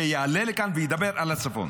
שיעלה לכאן וידבר על הצפון,